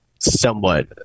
somewhat